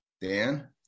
Dan